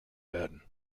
werden